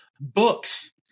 Books